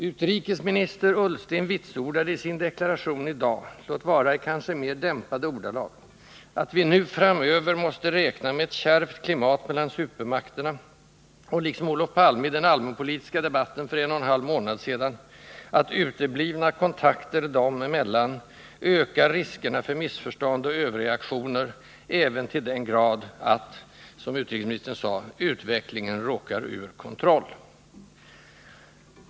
Utrikesminister Ullsten vitsordade i sin deklaration i dag —låt vara i kanske mera dämpade ordalag — att vi nu framöver måste räkna med ett kärvt klimat mellan supermakterna och att, liksom Olof Palme framhöll i den allmänpolitiska debatten för en och en halv månad sedan, uteblivna kontakter dem emellan ökar riskerna för missförstånd och överreaktioner även till den grad att, som utrikesministern sade, ”utvecklingen råkar ur kontroll”.